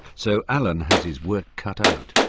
so alan has his work cut out.